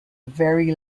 very